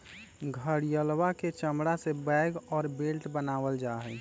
घड़ियलवा के चमड़ा से बैग और बेल्ट बनावल जाहई